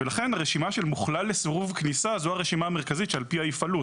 הרשימה של מוכלל לסירוב כניסה זאת הרשימה המרכזית שעל פיה יפעלו.